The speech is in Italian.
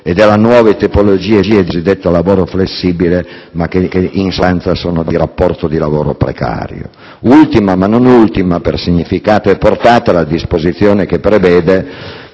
e dalle nuove tipologie del cosiddetto lavoro flessibile, che in sostanza configurano rapporti di lavoro precario. Ultima, ma non ultima per significato e portata, è la disposizione che prevede